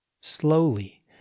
Slowly